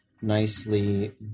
Nicely